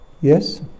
yes